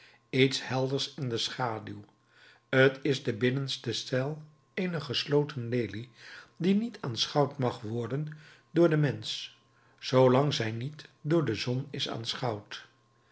iets helders in de schaduw t is de binnenste cel eener gesloten lelie die niet aanschouwd mag worden door den mensch zoolang zij niet door de zon is